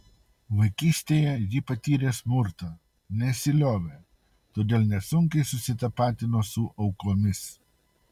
vaikystėje ji patyrė smurtą nesiliovė todėl nesunkiai susitapatino su aukomis